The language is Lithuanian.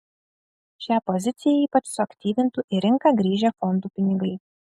šią poziciją ypač suaktyvintų į rinką grįžę fondų pinigai